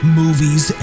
movies